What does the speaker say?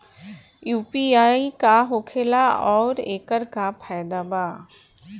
UPI का होखेला आउर एकर का फायदा बा?